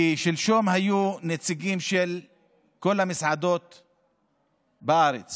כי שלשום היו נציגים של כל המסעדות בארץ,